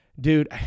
Dude